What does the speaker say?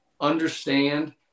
understand